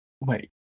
Wait